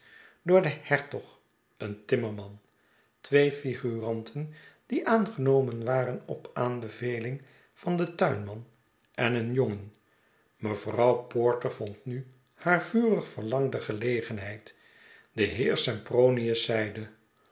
door den hertog een timmerman twee flguranten die aangenomen waren op aanbeveling van den tuinraan en een jongen mevrouw porter vond nu haar vurig verlangde gelegenheid de heer sempronius zeide